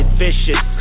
vicious